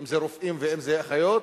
אם רופאים ואם אחיות,